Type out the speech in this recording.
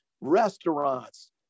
restaurants